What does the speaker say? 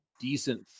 decent